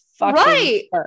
right